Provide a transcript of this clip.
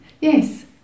Yes